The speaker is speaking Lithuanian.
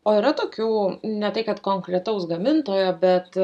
o yra tokių ne tai kad konkretaus gamintojo bet